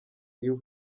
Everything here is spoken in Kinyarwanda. iwe